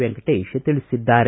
ವೆಂಕಟೇಶ್ ತಿಳಿಸಿದ್ದಾರೆ